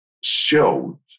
showed